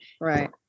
Right